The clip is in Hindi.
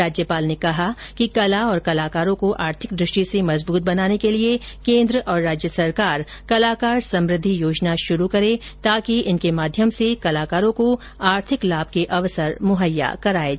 राज्यपाल ने कहा कि कला और कलाकारों को आर्थिक दृष्टि से मजबूत बनाने के लिए केन्द्र और राज्य सरकार कलाकार समुद्धि योजना शुरू करें ताकि इनके माध्यम से कलाकारों को आर्थिक लाभ के अवसर मुहैया कराए जा सके